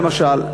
למשל,